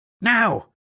Now